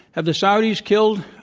have the saudis killed